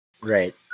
Right